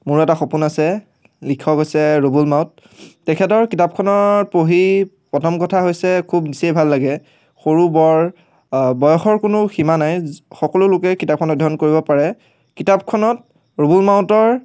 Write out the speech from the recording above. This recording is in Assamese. মোৰো এটা সপোন আছে লিখক হৈছে ৰুবুল মাউত তেখেতৰ কিতাপখনৰ পঢ়ি প্ৰথম কথা হৈছে খুব বেছিয়ে ভাল লাগে সৰু বৰ বয়সৰ কোনো সীমা নাই সকলো লোকেই কিতাপখন অধ্যয়ন কৰিব পাৰে কিতাপখনত ৰুবুল মাউতৰ